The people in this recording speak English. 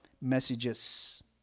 messages